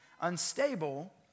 unstable